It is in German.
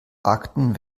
akten